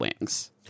wings